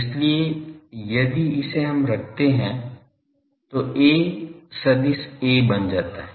इसलिए यदि इसे हम रखते हैं तो A सदिश A बन जाता है